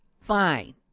fine